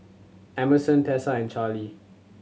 Emerson Tessa and Charly